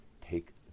take